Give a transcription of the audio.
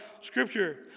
scripture